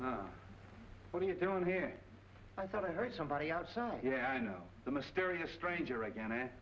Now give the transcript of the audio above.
frazier what are you doing here i thought i heard somebody out so yeah i know the mysterious stranger again